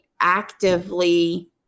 actively